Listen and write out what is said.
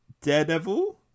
Daredevil